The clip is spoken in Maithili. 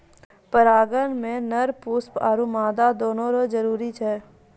परागण मे नर पुष्प आरु मादा दोनो रो जरुरी छै